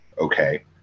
Okay